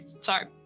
Sorry